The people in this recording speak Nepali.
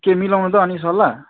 के मिलाउनु त अनि सल्लाह